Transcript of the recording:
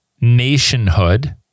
nationhood